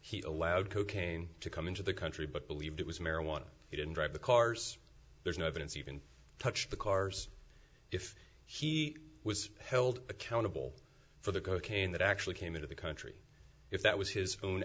he allowed cocaine to come into the country but believed it was marijuana he didn't drive the cars there's no evidence even touched the cars if he was held accountable for the cocaine that actually came into the country if that was his own